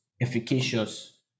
efficacious